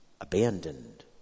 abandoned